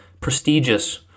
Prestigious